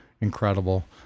Incredible